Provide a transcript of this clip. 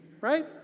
Right